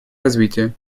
развитие